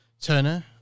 turner